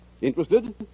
Interested